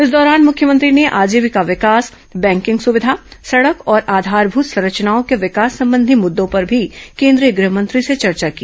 इस दौरान मुख्यमंत्री ने आजीविका विकास बैंकिंग सुविधा सड़क और आधारभूत संरचनाओं के विकास संबंधी मृद्दों पर भी केंद्रीय गह मंत्री से चर्चा की